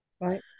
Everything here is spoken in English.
Right